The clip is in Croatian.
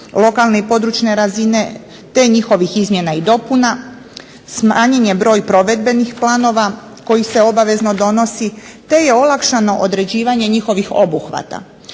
lokalne i područne razine te njihovih izmjena i dopuna, smanjen je broj provedbenih planova koji se obavezno donosi te je olakšano određivanje njihovih obuhvata.